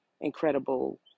incredible